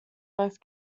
both